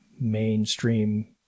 mainstream